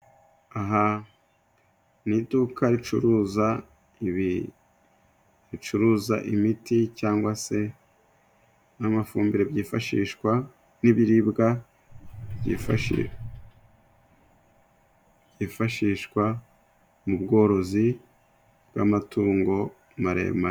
Aha ni iduka ricuruza, ibi bicuruza imiti cyangwa se n'amafumbire byifashishwa n'ibiribwa byifasshishwa mu bworozi bw'amatungo maremare.